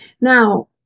Now